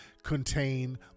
Contain